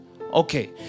Okay